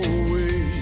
away